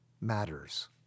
matters